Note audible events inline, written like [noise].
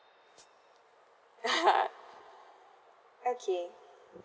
[laughs] okay